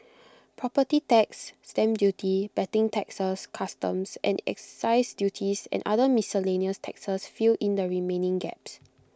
property tax stamp duty betting taxes customs and excise duties and other miscellaneous taxes fill in the remaining gaps